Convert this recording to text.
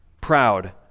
proud